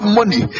money